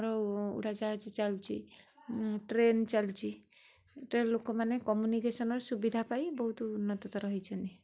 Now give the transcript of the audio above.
ଆମର ଉଡ଼ାଜାହାଜ ଚାଲୁଛି ଉଁ ଟ୍ରେନ୍ ଚାଲୁଛି ଟ୍ରେନ୍ ଲୋକମାନେ କମ୍ୟୁନିକେସନ୍ ର ସୁବିଧା ପାଇ ବହୁତ ଉନ୍ନତତର ହେଇଛନ୍ତି